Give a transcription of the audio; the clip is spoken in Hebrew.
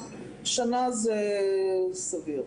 שנה זה סביר.